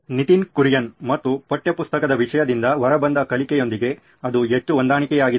ನಿತಿನ್ ಕುರಿಯನ್ ಮತ್ತು ಪಠ್ಯಪುಸ್ತಕದ ವಿಷಯದಿಂದ ಹೊರಬಂದ ಕಲಿಕೆಯೊಂದಿಗೆ ಅದು ಹೆಚ್ಚು ಹೊಂದಾಣಿಕೆಯಾಗಿದೆ